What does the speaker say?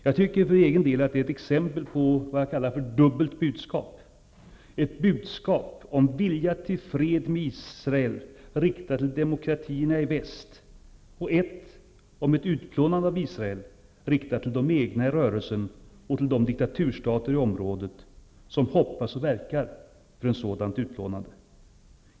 Jag tycker att det är ett exempel på vad jag kallar för dubbelt budskap. Det finns ett budskap om vilja till fred med Israel riktat till demokratierna i väst och ett budskap om utplånande av Israel riktat till de egna i rörelsen och till de diktaturstater i området som hoppas och verkar för ett sådant utplånande.